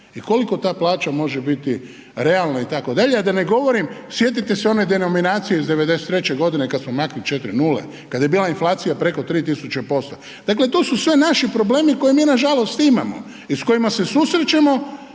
i koliko ta plaća može biti realno itd. A da ne govorim, sjetite se one denominacije iz '93. godine kada smo maknuli četiri nule, kada je bila inflacija preko 3000%, dakle to su sve naši problemi koje mi nažalost imamo i s kojima se susrećemo.